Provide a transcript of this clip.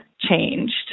changed